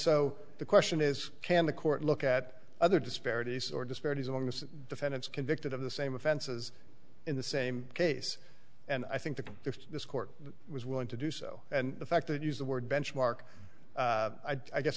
so the question is can the court look at other disparities or disparities amongst defendants convicted of the same offenses in the same case and i think that if this court was willing to do so and the fact that use the word benchmark i guess